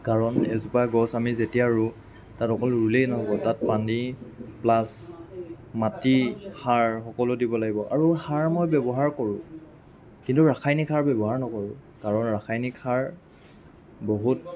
কাৰণ এজোপা গছ আমি যেতিয়া ৰুওঁ তাক অকল ৰুলেই নহ'ব তাত পানী প্লাছ মাটি সাৰ সকলো দিব লাগিব আৰু সাৰ মই ব্যৱহাৰ কৰোঁ কিন্তু ৰাসায়নিক সাৰ ব্যৱহাৰ নকৰোঁ কাৰণ ৰাসায়নিক সাৰ বহুত